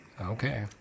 Okay